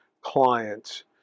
clients